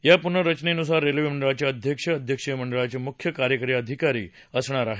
या प्नर्रचनेन्सार रेल्वे मंडळाचे अश्यक्ष अध्यक्षीय मंडळाचे म्ख्य कार्यकारी अधिकारी असणार आहेत